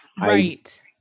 Right